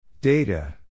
Data